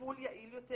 לטיפול יעיל יותר.